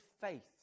faith